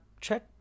check